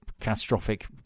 catastrophic